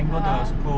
(uh huh)